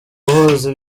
guhuza